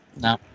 No